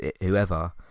whoever